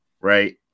Right